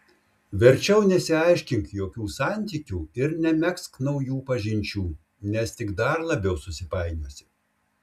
verčiau nesiaiškink jokių santykių ir nemegzk naujų pažinčių nes tik dar labiau susipainiosi